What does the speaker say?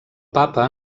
papa